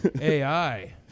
AI